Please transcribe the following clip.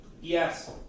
Yes